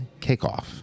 Kickoff